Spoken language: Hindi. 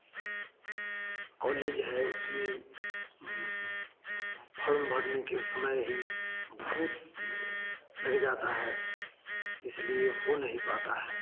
कॉलेज है उसमें फॉर्म भरने के समय ही बहुत लग जाता है इसलिए हो नहीं पाता है